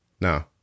No